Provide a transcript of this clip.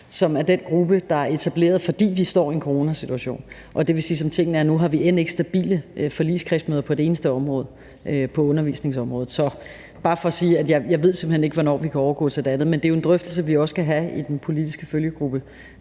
som er den gruppe, der er etableret, fordi vi står i en coronasituation, og det vil sige, at vi, som tingene er nu, end ikke har stabile forligskredsmøder på et eneste område på undervisningsområdet. Så det er bare for at sige, at jeg simpelt hen ikke ved, hvornår vi kan overgå til det andet. Men det er jo en drøftelse, vi også skal have i den politiske følgegruppe,